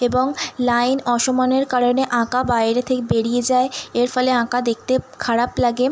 এবং লাইন অসমানের কারণে আঁকা বাইরে থেকে বেরিয়ে যায় এর ফলে আঁকা দেখতে খারাপ লাগে